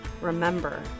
Remember